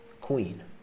queen